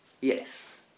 Yes